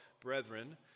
brethren